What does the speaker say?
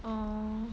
orh